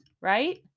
right